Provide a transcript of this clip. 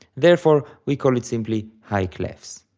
therefore, we call it simply high clefs.